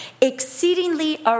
exceedingly